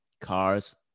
cars